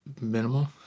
minimal